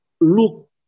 look